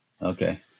Okay